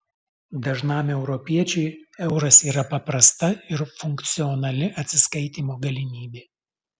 dažnam europiečiui euras yra paprasta ir funkcionali atsiskaitymo galimybė